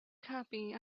copy